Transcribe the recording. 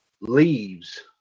Leaves